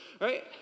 Right